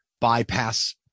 bypass